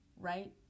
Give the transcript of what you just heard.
Right